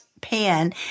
pan